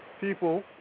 people